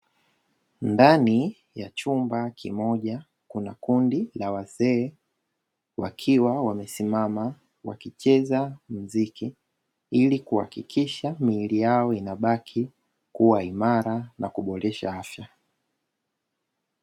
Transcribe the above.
Ndani ya chumba kimoja kuna kundi la wazee wakiwa wamesimama wakicheza mziki, ili kuhakikisha miili yao inabaki kuwa imara na kuboresha afya.